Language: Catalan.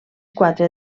quatre